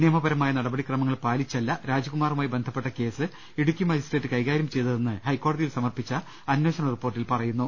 നിയമപരമായ നടപടിക്രമങ്ങൾ പാലിച്ചല്ല രാജ്കുമാറുമായി ബന്ധപ്പെട്ട കേസ് ഇടുക്കി മജിസ്ട്രേറ്റ് കൈകാര്യം ചെയ്തതെന്ന് ഹൈക്കോടതിയിൽ സമർപ്പിച്ച അന്വേഷണ റിപ്പോർട്ടിൽ പറയുന്നു